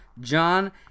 John